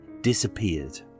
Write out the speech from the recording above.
disappeared